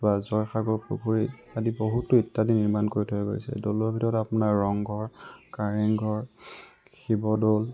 বা জয়সাগৰ পুখুৰী আদি বহুতো ইত্যাদি নিৰ্মাণ কৰি থৈ গৈছে দৌলৰ ভিতৰত আপোনাৰ ৰংঘৰ কাৰেংঘৰ শিৱদৌল